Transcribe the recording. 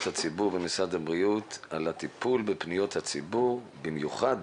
הציבור במשרד הבריאות על הטיפול בפניות הציבור במיוחד